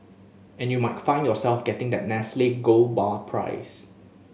and you might find yourself getting that Nestle gold bar prize